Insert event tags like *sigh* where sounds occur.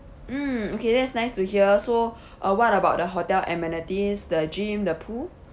mm okay that's nice to hear so *breath* uh what about the hotel amenities the gym the pool